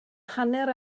hanner